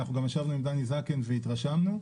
גם נפגשנו עם דני זקן והתרשמנו.